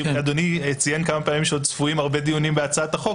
אדוני ציין כמה פעמים שעוד צפויים הרבה דיונים בהצעת החוק.